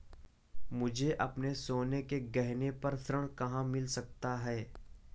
मुझे अपने सोने के गहनों पर ऋण कहाँ मिल सकता है?